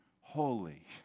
holy